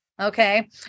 Okay